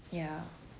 ya